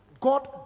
God